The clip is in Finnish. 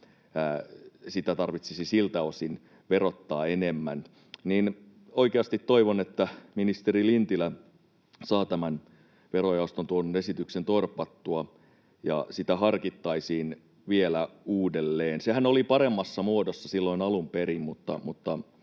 sitä tarvitsisi siltä osin verottaa enemmän. Oikeasti toivon, että ministeri Lintilä saa tämän verojaostoon tuodun esityksen torpattua ja sitä harkittaisiin vielä uudelleen. Sehän oli paremmassa muodossa silloin alun perin,